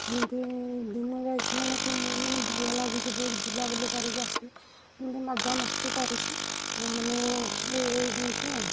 ଏମିତି ଦିନରେ ଆସିବା କି ମାନେ ଭଲ ଲାଗୁଛି ବହୁତ ବୁଲା ବୁଲି କରିକି ଆସି ଏମିତି ମଜାମସ୍ତି କରିଛୁ ମାନେ ଏମିତି ଆଉ